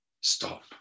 Stop